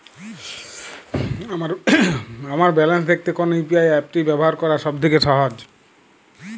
আমার ব্যালান্স দেখতে কোন ইউ.পি.আই অ্যাপটি ব্যবহার করা সব থেকে সহজ?